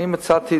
אני מצאתי